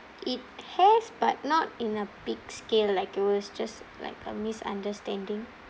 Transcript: it has but not in a big scale like it was just like a misunderstanding